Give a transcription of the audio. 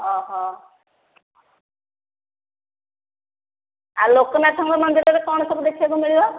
ଆଉ ଲୋକନାଥଙ୍କ ମନ୍ଦିରରେ କଣ ସବୁ ଦେଖିବାକୁ ମିଳିବ